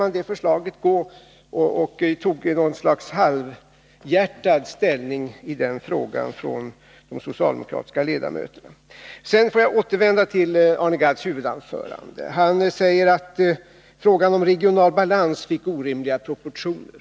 Varför tog de socialdemokratiska ledamöterna i stället något slags halvhjärtad ställning i den frågan? Jag vill sedan återvända till Arne Gadds huvudanförande. Han sade att frågan om regional balans fick orimliga proportioner.